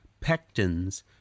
pectins